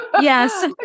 Yes